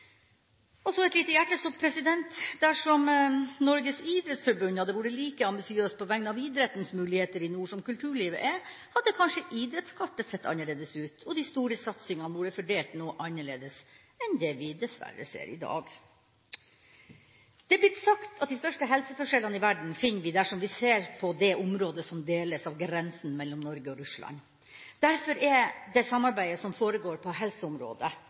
Et lite hjertesukk: Dersom Norges idrettsforbund hadde vært like ambisiøs på vegne av idrettens muligheter i nord som kulturlivet er, hadde kanskje idrettskartet sett annerledes ut, og de store satsingene vært fordelt noe annerledes enn det vi dessverre ser i dag. Det er blitt sagt at de største helseforskjellene i verden finner vi dersom vi ser på det området som deles av grensen mellom Norge og Russland. Derfor er det samarbeidet som foregår på helseområdet